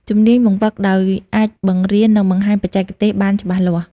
ជំនាញបង្វឹកដោយ អាចបង្រៀន និងបង្ហាញបច្ចេកទេសបានច្បាស់លាស់។